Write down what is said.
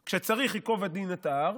כשצריך, ייקוב הדין את ההר,